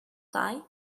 time